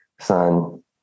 son